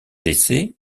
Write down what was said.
décès